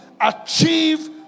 achieve